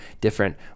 different